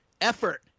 effort